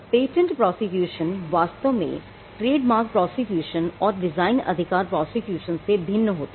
patent prosecution और design अधिकार prosecution से भिन्न होती है